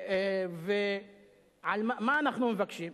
מה אנחנו מבקשים?